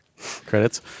credits